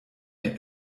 mir